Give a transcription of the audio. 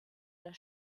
der